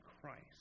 Christ